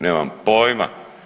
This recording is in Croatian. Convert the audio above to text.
Nemam pojma.